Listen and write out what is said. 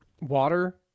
water